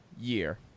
year